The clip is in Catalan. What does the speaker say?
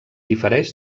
difereix